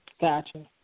Gotcha